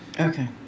Okay